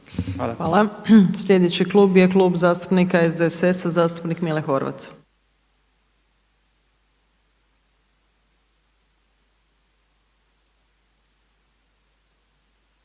Hvala. Sljedeći klub je Klub zastupnika SDSS-a, zastupnik Mile Horvat.